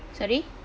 sorry